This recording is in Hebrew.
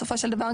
בסופו של דבר,